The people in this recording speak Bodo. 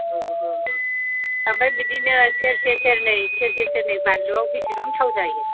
औ औ औ ओमफ्राय बिदिनो सेरसे सेरनै सेरसे सेरनै बानलुआव बेसेबां थाव जायो